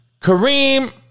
Kareem